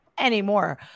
Anymore